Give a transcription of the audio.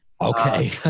Okay